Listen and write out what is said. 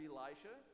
Elisha